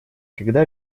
когда